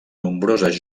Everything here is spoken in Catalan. nombroses